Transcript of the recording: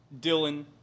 Dylan